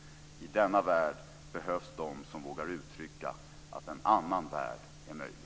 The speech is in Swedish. I denna värld behövs de som vågar uttrycka att en annan värld är möjlig.